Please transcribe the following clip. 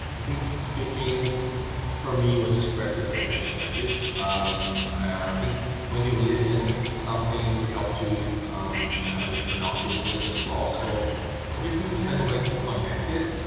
i think speaking for me was this practice practice practice um i think when you listen something helps me um kind of like pronounce those words as well so everything is kind of like connected